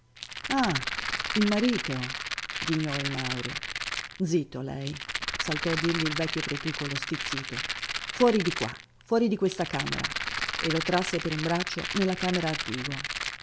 ah il marito ghignò il mauri zitto lei saltò a dirgli il vecchio pretucolo stizzito fuori di qua fuori di questa camera e lo trasse per un braccio nella camera attigua